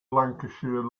lancashire